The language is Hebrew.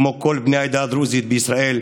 כמו כל בני העדה הדרוזית בישראל,